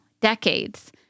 decades